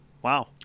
Wow